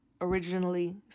originally